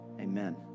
amen